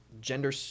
gender